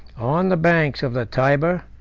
on the banks of the tyber,